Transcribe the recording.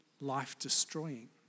life-destroying